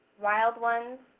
wild ones,